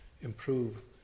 improve